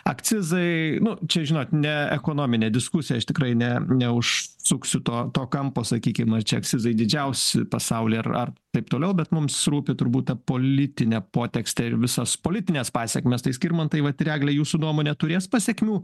akcizai nu čia žinot ne ekonominė diskusija aš tikrai ne ne už suksiu to to kampo sakykim nu čia akcizai didžiausi pasaulyje ir ar taip toliau bet mums rūpi turbūt ta politinė potekstė ir visos politinės pasekmės tai skirmantai vat ir egle jūsų nuomone turės pasekmių